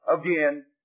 again